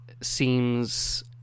seems